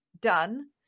done